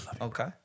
Okay